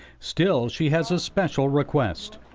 still, she has a special request.